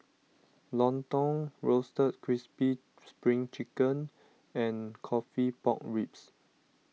Lontong Roasted Crispy Spring Chicken and Coffee Pork Ribs